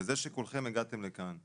וזה שכולכם הגעתם לכאן,